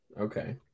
Okay